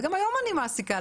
וגם היום אני מעסיקה,